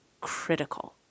critical